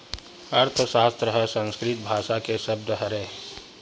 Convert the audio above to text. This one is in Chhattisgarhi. अर्थसास्त्र ह संस्कृत भासा के सब्द हरय